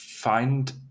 find